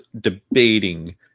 debating